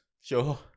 Sure